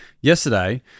yesterday